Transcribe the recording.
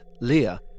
Leah